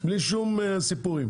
בלי שום סיפורים.